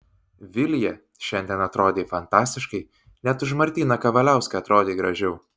vilija šiandien atrodei fantastiškai net už martyną kavaliauską atrodei gražiau